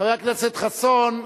חבר הכנסת חסון,